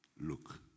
look